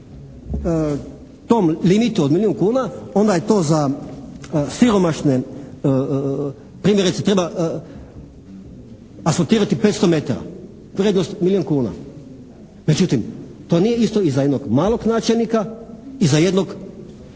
tom limitu od milijun kuna onda je to za siromašne, primjerice treba asfaltirati 500 metara, vrijednost milijun kuna. Međutim to nije isto i za jednog malog načelnika i za jednog